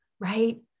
right